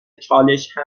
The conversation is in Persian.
چالش